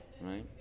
Right